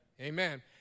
Amen